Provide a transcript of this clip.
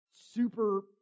super